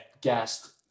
gassed